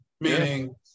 Meaning